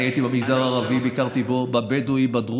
הייתי במגזר הערבי, ביקרתי בו, בבדואי, בדרוזי.